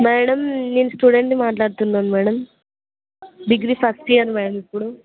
madam నేను స్టూడెంట్ని మాట్లాడుతున్నాను madam degree first year madam ఇప్పుడు